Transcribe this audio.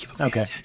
Okay